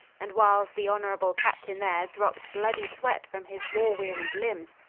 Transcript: and whiles the honourable captaine there drops bloody swet from his warre-wearied limbes,